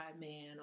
man